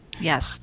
Yes